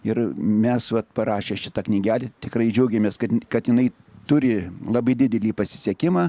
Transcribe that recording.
ir mes vat parašę šitą knygelę tikrai džiaugiamės kad kad jinai turi labai didelį pasisekimą